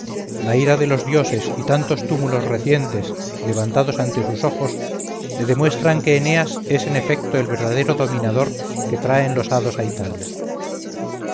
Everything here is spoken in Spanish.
la ira de los dioses y tantos túmulos recientes levantados ante sus ojos le demuestran que eneas es en efecto el verdadero dominador que traen los hados a italia